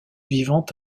vivant